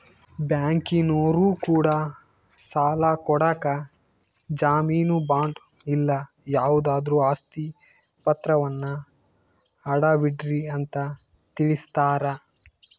ಬ್ಯಾಂಕಿನರೊ ಕೂಡ ಸಾಲ ಕೊಡಕ ಜಾಮೀನು ಬಾಂಡು ಇಲ್ಲ ಯಾವುದಾದ್ರು ಆಸ್ತಿ ಪಾತ್ರವನ್ನ ಅಡವಿಡ್ರಿ ಅಂತ ತಿಳಿಸ್ತಾರ